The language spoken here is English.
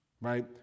right